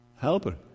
Helper